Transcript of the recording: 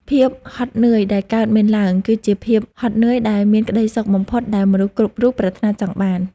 ភាពហត់នឿយដែលកើតមានឡើង គឺជាភាពហត់នឿយដែលមានក្ដីសុខបំផុតដែលមនុស្សគ្រប់រូបប្រាថ្នាចង់បាន។